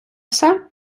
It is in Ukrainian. все